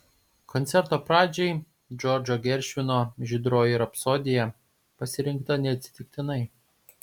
koncerto pradžiai džordžo geršvino žydroji rapsodija pasirinkta neatsitiktinai